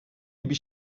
gibi